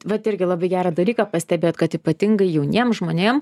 vat irgi labai gerą dalyką pastebėt kad ypatingai jauniem žmonėm